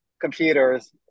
computers